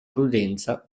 prudenza